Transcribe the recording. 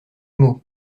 mot